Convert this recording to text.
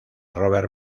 robert